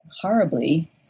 horribly